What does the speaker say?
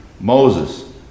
Moses